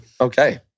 okay